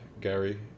Gary